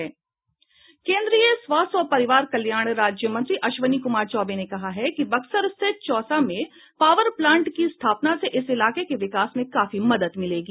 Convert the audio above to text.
केंद्रीय स्वास्थ्य और परिवार कल्याण राज्य मंत्री अश्विनी कुमार चौबे ने कहा है कि बक्सर स्थित चौसा में पावर प्लांट की स्थापना से इस इलाके के विकास में काफी मदद मिलेगी